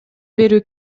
берүү